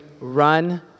run